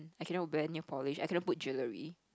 I cannot wear nail polish I cannot put jewelry